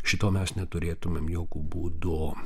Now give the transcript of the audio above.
šito mes neturėtumėm jokiu būdu